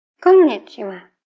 konnichiwa.